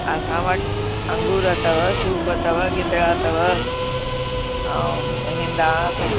असां वटि अंगूर अथव सूफ़ अथव गिदिरा अथव ऐं हिंदाणा त